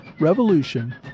Revolution